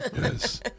Yes